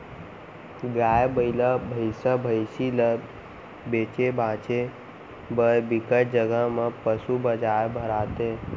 गाय, बइला, भइसा, भइसी ल बेचे भांजे बर बिकट जघा म पसू बजार भराथे